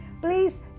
Please